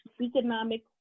economic